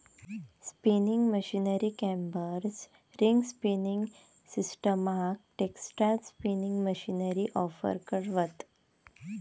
spinning मशीनीक combers, ring spinning सिस्टमाक textile spinning machinery offer करतव